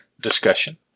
discussion